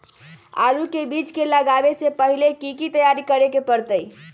आलू के बीज के लगाबे से पहिले की की तैयारी करे के परतई?